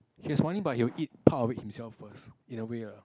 he is funny but he will eat part of it himself first in a way lah